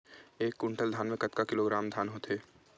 एक कुंटल धान में कतका किलोग्राम धान होथे?